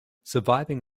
surviving